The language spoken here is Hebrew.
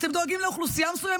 אתם דואגים לאוכלוסייה מסוימת,